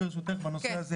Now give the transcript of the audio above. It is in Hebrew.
ברשותך, אני ארצה לחדד.